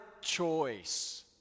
choice